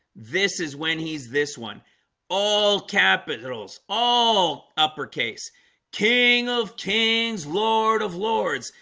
this is when he's this one all capitals all uppercase king of kings lord of lords.